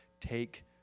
take